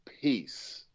peace